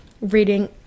reading